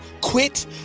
quit